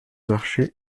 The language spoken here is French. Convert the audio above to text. marché